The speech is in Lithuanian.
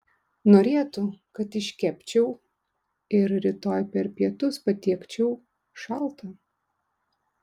norėtų kad iškepčiau ir rytoj per pietus patiekčiau šaltą